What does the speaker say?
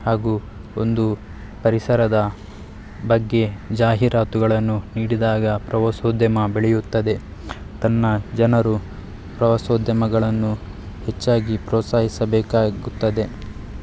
ಹಾಗೂ ಒಂದು ಪರಿಸರದ ಬಗ್ಗೆ ಜಾಹೀರಾತುಗಳನ್ನು ನೀಡಿದಾಗ ಪ್ರವಾಸೋದ್ಯಮ ಬೆಳೆಯುತ್ತದೆ ತನ್ನ ಜನರು ಪ್ರವಾಸೋದ್ಯಮಗಳನ್ನು ಹೆಚ್ಚಾಗಿ ಪ್ರೋತ್ಸಾಹಿಸಬೇಕಾಗುತ್ತದೆ